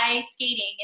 skating